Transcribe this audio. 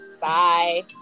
bye